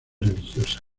religiosa